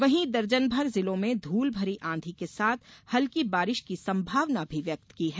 वहीं दर्जनभर जिलों में धूल भरी आंधी के साथ हल्की बारिश की संभावना भी व्यक्त की है